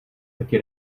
taky